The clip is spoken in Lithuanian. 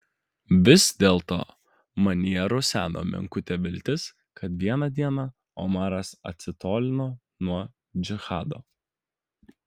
vis dėlto manyje ruseno menkutė viltis kad vieną dieną omaras atsitolino nuo džihado